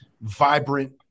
vibrant